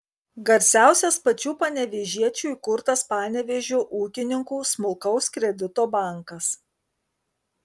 garsiausias pačių panevėžiečių įkurtas panevėžio ūkininkų smulkaus kredito bankas